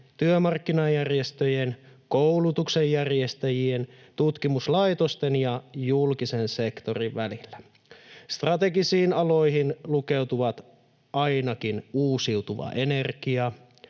työmarkkinajärjestöjen, koulutuksen järjestäjien, tutkimuslaitosten ja julkisen sektorin välillä. Strategisiin aloihin lukeutuvat ainakin uusiutuva energia,